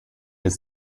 ist